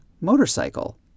motorcycle